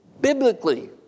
Biblically